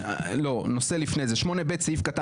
לא מופיע סעיף מפורש